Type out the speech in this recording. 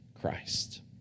christ